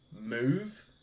move